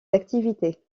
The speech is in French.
activités